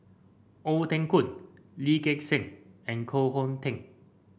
Ong Teng Koon Lee Gek Seng and Koh Hong Teng